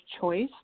choice